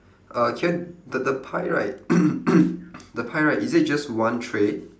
uh can the the pie right the pie right is it just one tray